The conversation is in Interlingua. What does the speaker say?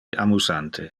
amusante